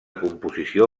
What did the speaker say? composició